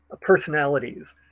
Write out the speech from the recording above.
personalities